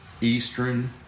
eastern